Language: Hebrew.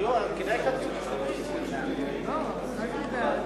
כהצעת הוועדה ועם ההסתייגות שנתקבלה, נתקבל.